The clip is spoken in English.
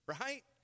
Right